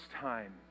time